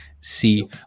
see